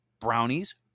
brownies